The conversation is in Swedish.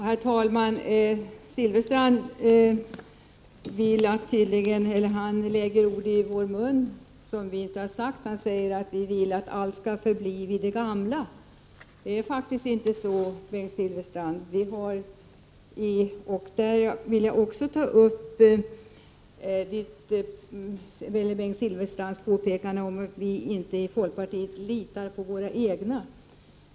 Herr talman! Bengt Silfverstrand lägger ord i vår mun som vi inte har sagt, nämligen att allt skall förbli vid det gamla. Det är faktiskt inte så, Bengt Silfverstrand. Jag vill också ta upp Bengt Silfverstrands påstående att vi i folkpartiet inte litar på våra egna.